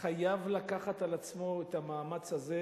הוא חייב לקחת על עצמו את המאמץ הזה,